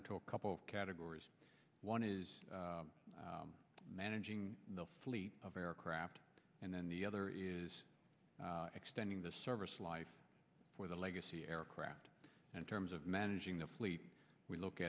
down to a couple of categories one is managing the fleet of aircraft and then the other is extending the service life for the legacy aircraft in terms of managing the fleet we look